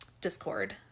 Discord